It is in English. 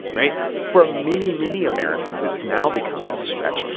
right? for many, many americans, it's now becoming a stretch.